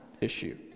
issue